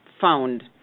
found